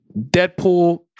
Deadpool